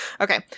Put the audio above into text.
Okay